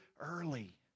early